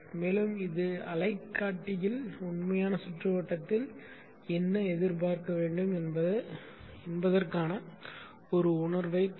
மேலும் இது அலைக்காட்டியில் உண்மையான சுற்றுவட்டத்தில் என்ன எதிர்பார்க்க வேண்டும் என்பதற்கான உணர்வைத் தரும்